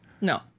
No